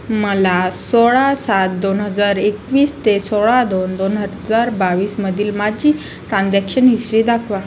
मला सोळा सात दोन हजार एकवीस ते सोळा दोन दोन हजार बावीसमधील माझी ट्रान्झॅक्शन हिस्ट्री दाखवा